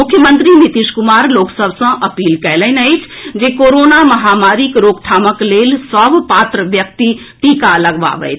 मुख्यमंत्री नीतीश कुमार लोक सभ सँ अपील कयलनि अछि जे कोरोना महामारीक रोकथामक लेल सभ पात्र व्यक्ति टीका लगबावथि